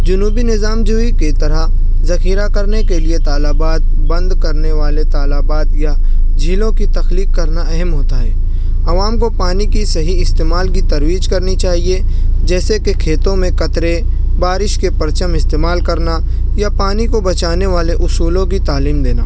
جنوبی نظام جوئی کی طرح ذخیرہ کرنے کے لیے تالابات بند کرنے والے تالابات یا جھیلوں کی تخلیق کرنا اہم ہوتا ہے عوام کو پانی کی صحیح استعمال کی ترویج کرنی چاہیے جیسے کہ کھیتوں میں قطرے بارش کے پرچم استعمال کرنا یا پانی کو بچانے والے اصولوں کی تعلیم دینا